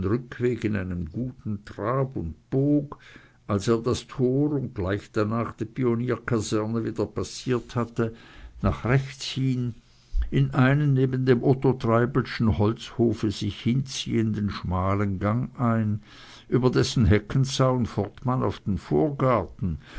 rückweg in einem guten trab und bog als er das tor und gleich danach die pionierkaserne wieder passiert hatte nach rechts hin in einen neben dem otto treibelschen holzhofe sich hinziehenden schmalen gang ein über dessen heckenzaun fort man auf den vorgarten